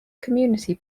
community